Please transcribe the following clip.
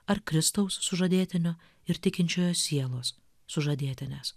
ar kristaus sužadėtinio ir tikinčiojo sielos sužadėtinės